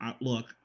look